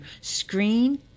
screen